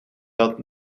dat